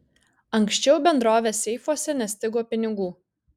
anksčiau bendrovės seifuose nestigo pinigų